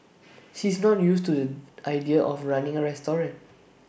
she's not used to the idea of running A restaurant